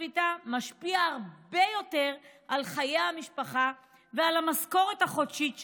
שביתה משפיע הרבה יותר על חיי המשפחה ועל המשכורת החודשית שלו,